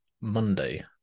Monday